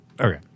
okay